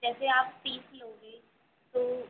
जैसे आप तीस लोगे तो